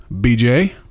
BJ